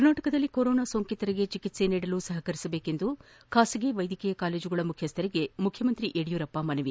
ಕರ್ನಾಟಕದಲ್ಲಿ ಕೊರೊನಾ ಸೋಂಕಿತರಿಗೆ ಚಿಕಿತ್ವೆ ನೀಡಲು ಸಹಕರಿಸುವಂತೆ ಬಾಸಗಿ ವೈದ್ಯಕೀಯ ಕಾಲೇಜುಗಳ ಮುಖ್ಯಸ್ಥರಿಗೆ ಮುಖ್ಯಮಂತ್ರಿ ಯಡಿಯೂರಪ್ಪ ಮನವಿ